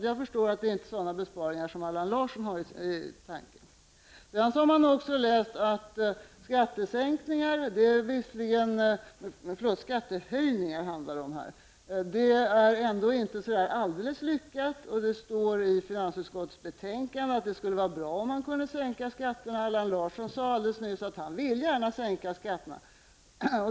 Jag förstår att det inte är sådana besparingar som Allan Larsson tänker sig. Jag har också läst att skattehöjningar inte är så alldeles lyckade. Det står i finansutskottets betänkande att det skulle vara bra om man kunde sänka skatterna. Allan Larsson sade alldeles nyss att han gärna vill sänka skatterna.